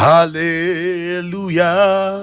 Hallelujah